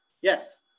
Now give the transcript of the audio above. Yes